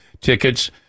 Tickets